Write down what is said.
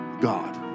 god